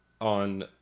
on